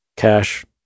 Cash